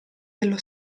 dello